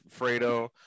Fredo